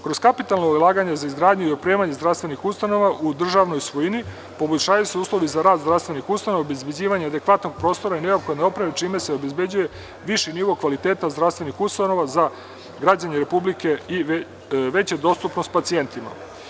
Kroz kapitalno ulaganje za izgradnju i opremanje zdravstvenih ustanova u državnoj svojini, poboljšavaju se uslovi za rad zdravstvenih ustanova i obezbeđivanje adekvatnog prostora i neophodne opreme, čime se obezbeđuje viši nivo kvaliteta zdravstvenih ustanova za građane Republike i veće dostupnosti pacijentima.